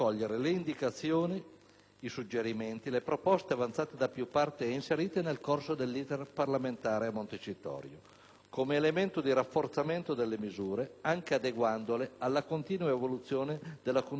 i suggerimenti, le proposte avanzate da più parti e inserite nel corso dell'*iter* parlamentare a Montecitorio come elemento di rafforzamento delle misure, anche adeguandole alla continua evoluzione della congiuntura socio-economica.